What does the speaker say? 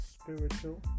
spiritual